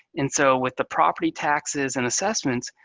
and so with the property taxes and assessments,